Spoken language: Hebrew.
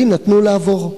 לי נתנו לעבור.